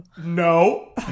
No